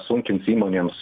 sunkins įmonėms